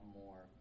more